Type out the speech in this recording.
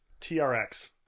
TRX